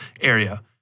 area